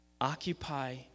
Occupy